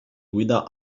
guida